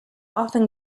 often